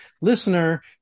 Listener